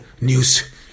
news